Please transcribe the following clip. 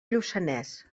lluçanès